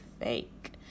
fake